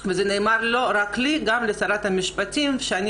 וזה נאמר לא רק לי אלא גם לשרת המשפטים שאני